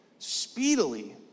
Speedily